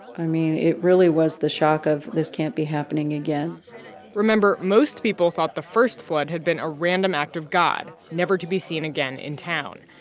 i mean, it really was the shock of, this can't be happening again remember, most people thought the first flood had been a random act of god, never to be seen again in town.